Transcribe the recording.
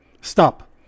Stop